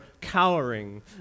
cowering